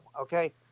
Okay